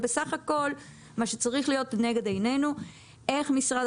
בסך הכול מה שצריך להיות לנגד עינינו הוא איך משרד